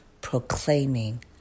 proclaiming